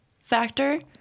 factor